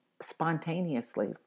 spontaneously